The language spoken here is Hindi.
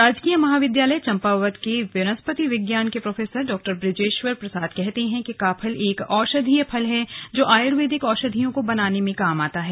राजकीय महाविद्यालय चम्पावत के वनस्पति विज्ञान के प्रोफेसर डॉ बृजेश्वर प्रसाद कहते है कि काफल एक औषधीय फल है जो आयुर्वेदिक औषधियों को बनाने के काम आता है